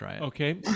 Okay